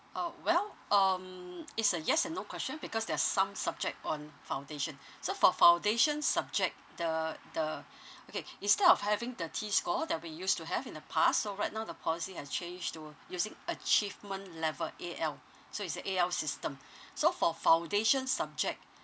uh well um is a yes and no question because there are some subject on foundation so for foundation subject the the okay instead of having the T score that we used to have in the past so right now the policy has changed to using achievement level A_L so is a A_L system so for foundation subject